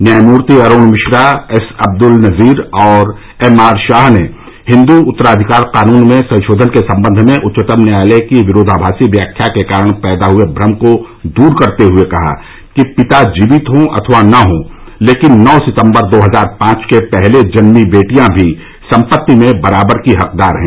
न्यायमूर्ति अरुण मिश्रा एस अब्दल नजीर और एमआर शाह ने हिंदू उत्तराधिकार कानून में संशोधन के संबंध में उच्चतम न्यायालय की विरोधाभासी व्याख्या के कारण पैदा हुए भ्रम को दूर करते हुए कहा कि पिता जीवित हो अथवा न हों लेकिन नौ सितम्बर दो हजार पांच के पहले जन्मी बेटियां भी संपत्ति में बराबर की हकदार हैं